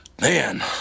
man